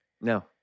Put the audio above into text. No